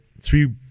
Three